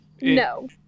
No